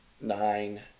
nine